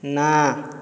ନା